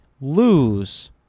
lose